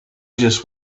just